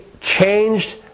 changed